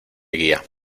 guía